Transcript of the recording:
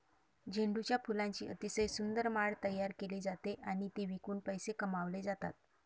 झेंडूच्या फुलांची अतिशय सुंदर माळ तयार केली जाते आणि ती विकून पैसे कमावले जातात